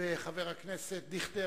וגם של חבר הכנסת דיכטר,